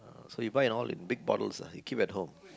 so you buy in all in big bottles ah you keep at home